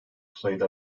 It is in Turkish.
sayıda